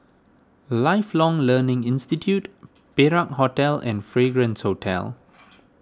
Lifelong Learning Institute Perak Hotel and Fragrance Hotel